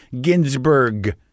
Ginsburg